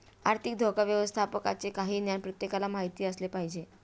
आर्थिक धोका व्यवस्थापनाचे काही ज्ञान प्रत्येकाला माहित असले पाहिजे